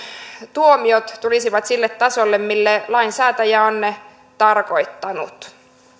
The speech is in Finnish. tuomiot tulisivat sille tasolle mille lainsäätäjä on ne tarkoittanut